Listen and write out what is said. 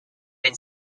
been